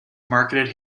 marketed